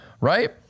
right